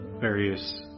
various